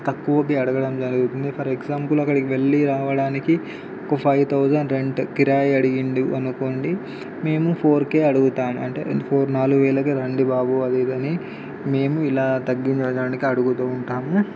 తక్కువకి అడగడం జరుగుతుంది ఫర్ ఎగ్జాంపుల్ అక్కడికి వెళ్ళి రావడానికి ఒక ఫైవ్ థౌజండ్ రెంట్ కిరాయి అడిగాడు అనుకోండి మేము ఫోర్కే అడుగుతాను అంటే ఫోర్ నాలుగు వేలకే రండి బాబు అది ఇది అని మేము ఇలా తగ్గించడానికి అడుగుతూ ఉంటాము